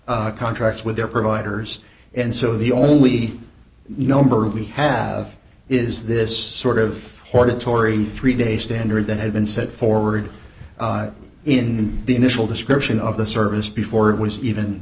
their contracts with their providers and so the only number we have is this sort of hortatory three day standard that had been set forward in the initial description of the service before it was even